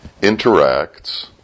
interacts